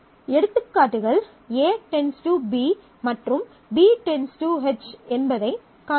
எடுத்துக்காட்டுகள் A → B மற்றும் B → H என்பதைக் காணலாம்